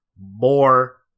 more